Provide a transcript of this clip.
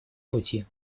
пути